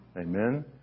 Amen